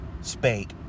spake